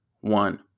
One